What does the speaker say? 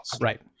Right